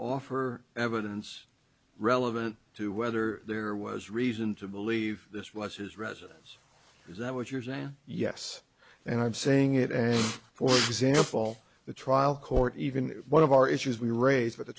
offer evidence relevant to whether there was reason to believe this was his residence is that what you're saying yes and i'm saying it and for example the trial court even one of our issues we raised